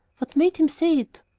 what made him say it?